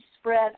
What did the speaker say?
spread